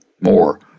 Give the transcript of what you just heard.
more